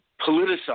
politicize